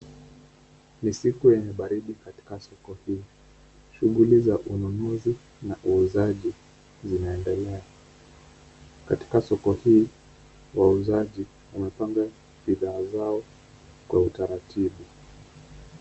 Ni siku yenye baridi katika soko hili. Shughuli za ununuzi na uuzaji zinaendelea. Katika soko hili wauzaji wamepanga bidhaa zao kwa utaratibu.